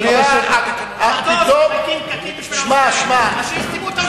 אז שיסתמו את האוזניים,